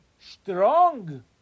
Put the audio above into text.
strong